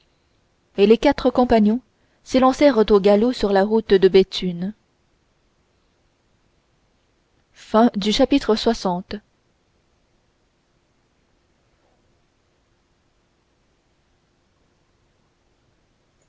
et les quatre compagnons s'élancèrent au galop sur la route de béthune chapitre